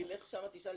תלך לשם ותשאל,